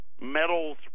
metals